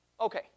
okay